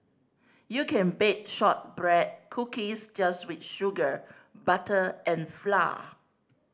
you can bake shortbread cookies just with sugar butter and flour